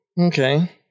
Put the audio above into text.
Okay